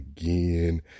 again